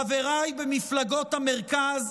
חבריי במפלגות המרכז,